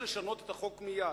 יש לשנות את החוק מייד.